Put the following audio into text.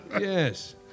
yes